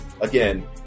again